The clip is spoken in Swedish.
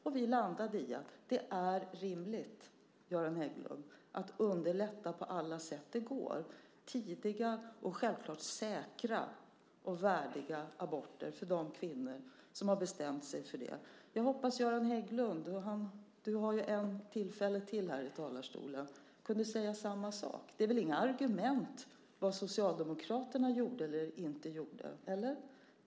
Och vi landade i att det är rimligt, Göran Hägglund, att underlätta på alla sätt det går genom tidiga - och självklart säkra - och värdiga aborter för de kvinnor som har bestämt sig för det. Jag hoppas att Göran Hägglund kunde säga samma sak, och han har ju ett tillfälle till det här i talarstolen. Vad Socialdemokraterna gjorde eller inte gjorde är väl inget argument?